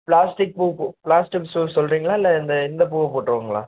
plastic பூ பூ ப்ளாஸ்டம் சூ சொல்கிறீங்களா இல்லை இந்த இந்த பூவை போட்டுருவோங்களா